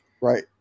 Right